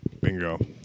Bingo